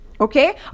okay